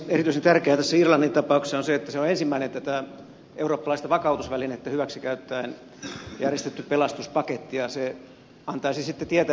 erityisen tärkeää tässä irlannin tapauksessa on se että se on ensimmäinen tätä eurooppalaista vakautusvälinettä hyväksi käyttäen järjestetty pelastuspaketti ja se antaisi sitten tietää minkälaisia ne paketit tulevaisuudessa olisivat